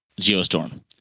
Geostorm